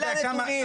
אלה הנתונים.